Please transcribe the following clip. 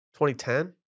2010